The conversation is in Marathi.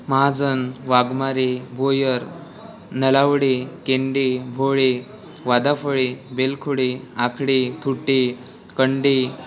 महाजन वाघमारे भोयर नलावडे केंडे भोळे वादाफळे बेलखोडे आकडे थोटे कंडे